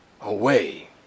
away